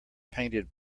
painted